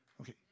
Okay